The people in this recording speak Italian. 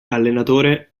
allenatore